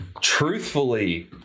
truthfully